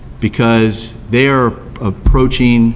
because they are approaching